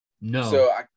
No